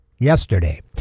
Yesterday